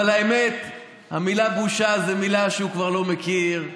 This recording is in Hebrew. אבל האמת היא שהמילה "בושה" זו מילה שהוא כבר לא מכיר.